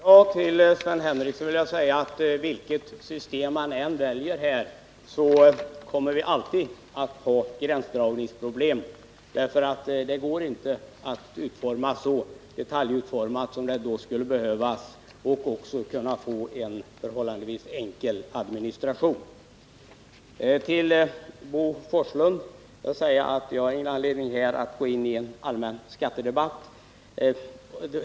Herr talman! Till Sven Henricsson vill jag säga att vilket system man än väljer blir det alltid gränsdragningsproblem. Det går inte att utforma så detaljerade regler som då skulle behövas och samtidigt få en förhållandevis enkel administration. Jag har ingen anledning, Bo Forslund, att här gå in i en allmän skattedebatt.